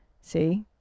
See